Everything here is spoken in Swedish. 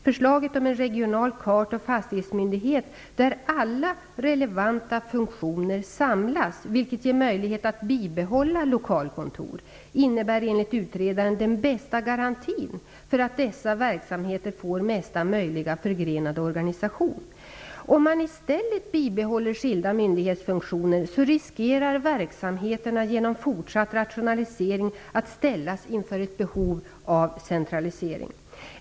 Förslaget om en regional kart och fastighetsmyndighet där alla relevanta funktioner samlas, vilket ger möjlighet att bibehålla lokalkontor, innebär enligt utredaren den bästa garantin för att dessa verksamheter får mesta möjliga förgrenade organisation. Om man i stället bibehåller skilda myndighetsfunktioner, riskerar verksamheterna genom fortsatt rationalisering att ställas inför ett behov av centralisering.